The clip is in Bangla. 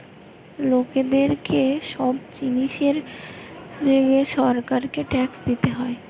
লোকদের কে সব জিনিসের লিগে সরকারকে ট্যাক্স দিতে হয়